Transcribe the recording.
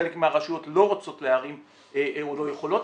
חלק מהרשויות לא רוצות להרים או לא יכולות